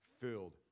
filled